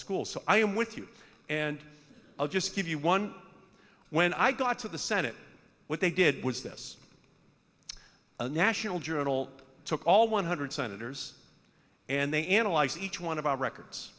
schools i am with you and i'll just give you one when i got to the senate what they did was this a national journal took all one hundred senators and they analyze each one of our records